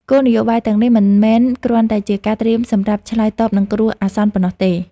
គោលនយោបាយទាំងនេះមិនមែនគ្រាន់តែជាការត្រៀមសម្រាប់ឆ្លើយតបនឹងគ្រោះអាសន្នប៉ុណ្ណោះទេ។